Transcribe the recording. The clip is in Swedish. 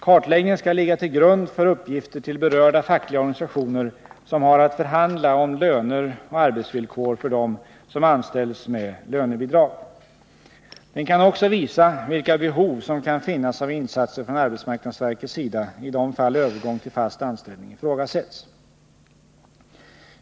Kartläggningen skall ligga till grund för uppgifter till berörda fackliga organisationer som har att förhandla om löner och arbetsvillkor för dem som anställs med lönebidrag. Den kan också visa vilka behov som kan finnas av insatser från arbetsmarknadsverkets sida i de fall övergång till fast anställning ifrågasätts.